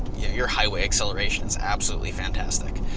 your highway acceleration's absolutely fantastic.